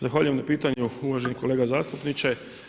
Zahvaljujem na pitanju uvaženi kolega zastupniče.